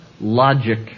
logic